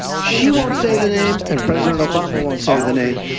she won't say the name and president obama won't say the name.